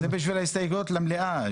זה בשביל ההסתייגויות למליאה.